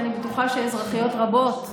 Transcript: ואני בטוחה שאזרחיות רבות,